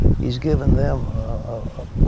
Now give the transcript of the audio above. he has given them a